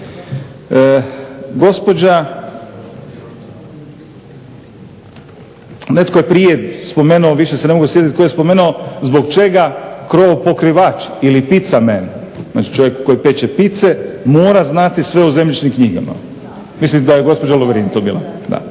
Gospođa, netko je prije spomenuo, više se ne mogu sjetiti tko je spomenuo zbog čega krovopokrivač ili pizzaman, znači čovjek koji peče pizze mora znati sve o zemljišnim knjigama. Mislim da je gospođa Lovrin to bila, da.